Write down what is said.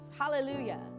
Hallelujah